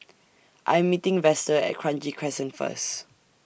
I Am meeting Vester At Kranji Crescent First